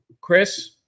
Chris